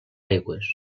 aigües